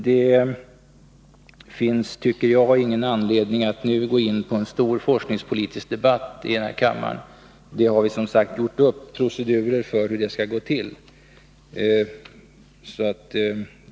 Det finns, tycker jag, ingen anledning att nu gå in på en stor forskningspolitisk debatt. Vi har som sagt gjort upp procedurer för hur det skall gå till.